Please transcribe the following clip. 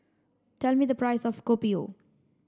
tell me the price of Kopi O